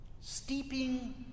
steeping